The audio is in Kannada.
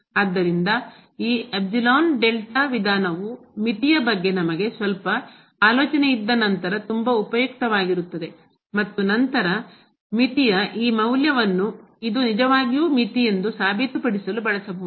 ಆದ್ದರಿಂದಈ ವಿಧಾನವು ಮಿತಿಯ ಬಗ್ಗೆ ನಮಗೆ ಸ್ವಲ್ಪ ಆಲೋಚನೆ ಇದ್ದ ನಂತರ ತುಂಬಾ ಉಪಯುಕ್ತವಾಗಿರುತ್ತದೆ ಮತ್ತು ನಂತರ ಮಿತಿಯ ಈ ಮೌಲ್ಯವನ್ನು ಇದು ನಿಜವಾಗಿಯೂ ಮಿತಿ ಎಂದು ಸಾಬೀತುಪಡಿಸಲು ಬಳಸಬಹುದು